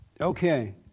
Okay